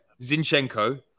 Zinchenko